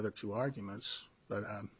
other two arguments but